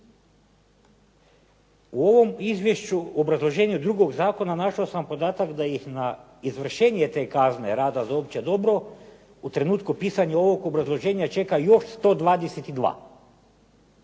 U ovom izvješću u obrazloženju drugog zakona našao sam podatak da ih na izvršenje te kazne rada na opće dobro, u trenutku pisanja ovog obrazloženja čeka još 122